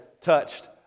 touched